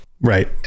right